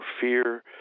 fear